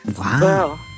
Wow